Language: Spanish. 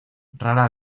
rara